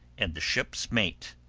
and the ship's mate.